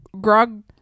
grog